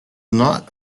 not